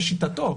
בשיטתו.